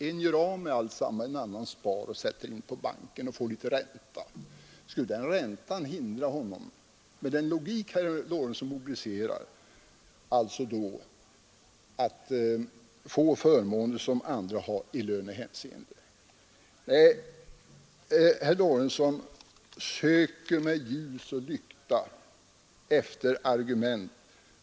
En gör av med alltsammans, den andre spar och sätter in på banken och får litet ränta. Skulle den räntan vägras honom — det skulle den med den logik herr Lorentzon mobiliserar.